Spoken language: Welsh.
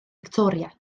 victoria